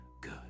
good